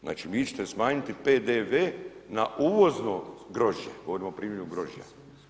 Znači, vi ćete smanjiti PDV na uvozno grožđe, govorim o primjeru grožđa.